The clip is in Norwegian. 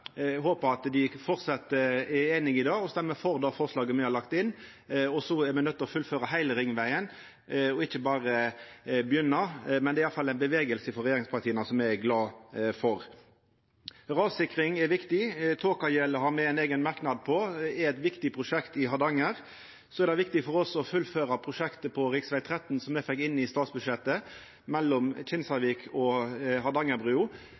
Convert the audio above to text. Eg håpar at dei framleis er einige i det og stemmer for det forslaget me har lagt inn. Me er nøydde til å fullføra heile ringvegen og ikkje berre begynna, men det er i alle fall ein bevegelse som eg er glad for, frå regjeringspartia. Rassikring er viktig. Tokagjelet har me ein eigen merknad om; det er eit viktig prosjekt i Hardanger. Så er det viktig for oss å fullføra prosjektet på rv. 13, som me fekk inn i statsbudsjettet, mellom